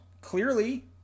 Clearly